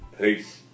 Peace